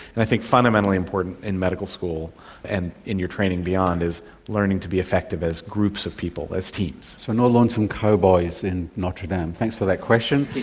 and i think fundamentally important in medical school and in your training beyond is learning to be effective as groups of people, as teams. so no lonesome cowboys in notre dame. thanks for that question.